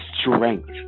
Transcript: strength